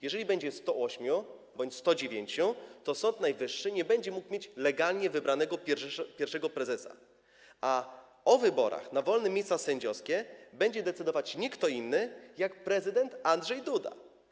Jeżeli będzie ich 108 bądź 109, to Sąd Najwyższy nie będzie mógł mieć legalnie wybranego pierwszego prezesa, a o wyborach na wolne miejsca sędziowskie będzie decydować nie kto inny, jak prezydent Andrzej Duda.